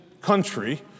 country